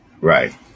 Right